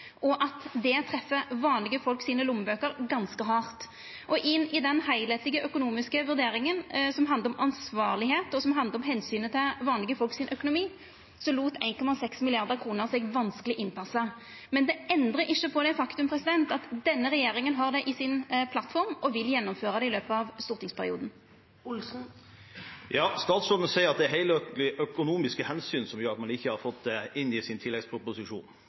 og at det treffer lommeboka til vanlege folk ganske hardt. I den heilskaplege økonomiske vurderinga, som handlar om å vera ansvarleg og visa omsyn til vanlege folk sin økonomi, lèt 1,6 mrd. kr seg vanskeleg innpassa. Men det endrar ikkje på det faktumet at denne regjeringa har det i plattforma si og vil gjennomføra det i løpet av stortingsperioden. Statsråden sier at det er helhetlige økonomiske hensyn som gjør at man ikke har fått det inn i sin tilleggsproposisjon.